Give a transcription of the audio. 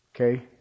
Okay